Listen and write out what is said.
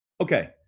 Okay